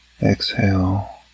Exhale